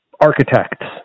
architects